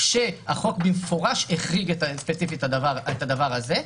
כשהחוק במפורש החריג ספציפית את הדבר הזה.